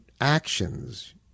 actions